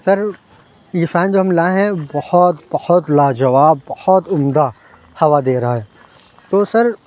سر یہ فین جو ہم لائے ہیں بہت بہت لاجواب بہت عمدہ ہوا دے رہا ہے تو سر